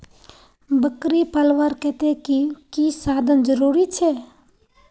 बकरी पलवार केते की की साधन जरूरी छे?